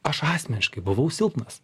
aš asmeniškai buvau silpnas